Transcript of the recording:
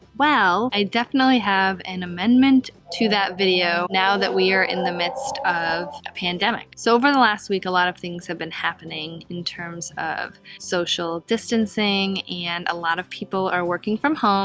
well, i definitely have an amendment to that video now that we're in the midst of a pandemic. so over the last week, a lot of things have been happening in terms of social distancing, and a lot of people are working from home.